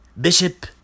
Bishop